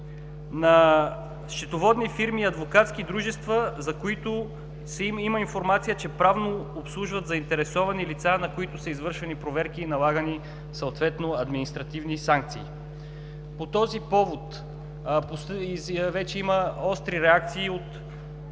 на счетоводни фирми и адвокатски дружества, за които има информация, че правно обслужват заинтересовани лица, на които са извършвани проверки и налагани съответно административни санкции. По този повод вече има остри реакции от